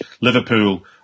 Liverpool